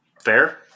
Fair